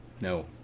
No